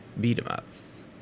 beat-em-ups